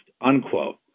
unquote